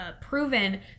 proven